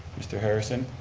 mr. harrison,